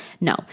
no